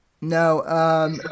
No